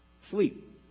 sleep